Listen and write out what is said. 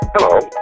Hello